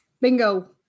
Bingo